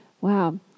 wow